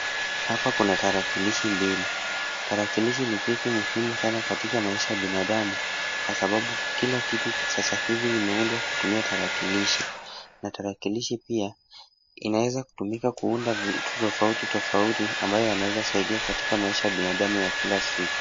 Hapa kuna tarakilishi mbili. Tarakilishi ni kitu muhimu sana katika maisha ya binadamu kwa sababu kila kitusasa hivi imeundwa kutumia tarakilishi. Na tarakilishi pia inaweza kuunda vitu tofautitofauti ambayo inaweza saida kwa maisha ya binadamu ya kila siku.